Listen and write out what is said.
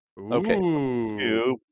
Okay